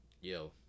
Yo